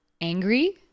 angry